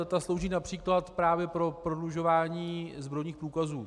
Ta slouží například právě pro prodlužování zbrojních průkazů.